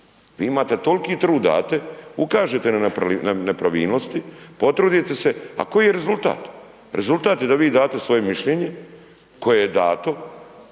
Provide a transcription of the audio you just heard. Vi imate, toliki trud date, ukažete na nepravilnosti, potrudite se, a koji je rezultat? Rezultat je da vi date svoje mišljenje, koje je dato,